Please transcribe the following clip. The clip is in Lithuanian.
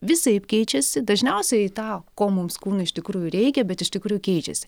visaip keičiasi dažniausiai į tą ko mums kūnui iš tikrųjų reikia bet iš tikrųjų keičiasi